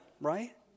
right